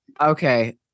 okay